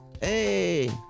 Hey